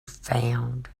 found